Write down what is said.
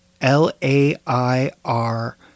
L-A-I-R